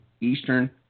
Eastern